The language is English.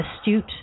astute